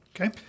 Okay